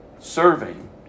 serving